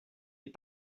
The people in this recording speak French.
est